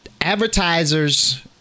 Advertisers